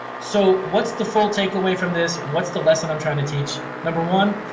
so what's the full takeaway from this? what's the lesson i'm trying to teach? number one,